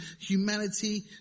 humanity